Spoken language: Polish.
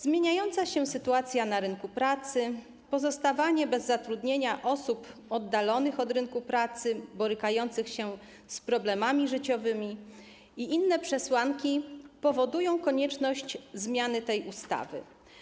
Zmieniająca się sytuacja na rynku pracy, pozostawanie bez zatrudnienia osób oddalonych od rynku pracy, borykających się z problemem życiowym i inne przesłanki powodują konieczność zmiany tej ustawy.